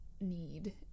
need